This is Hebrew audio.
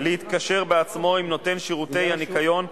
עשירית האחוז בעמלת הסליקה,